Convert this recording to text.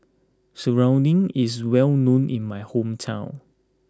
Serunding is well known in my hometown